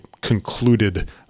concluded